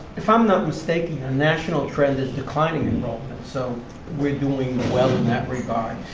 if i'm not mistaken, our national trend is declining enrollment, so we're doing well in that regard.